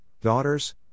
daughters